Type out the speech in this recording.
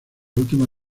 última